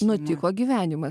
nutiko gyvenimas